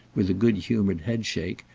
with a good-humoured headshake,